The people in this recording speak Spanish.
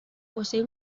posee